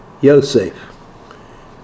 Yosef